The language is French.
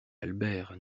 albert